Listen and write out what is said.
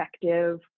effective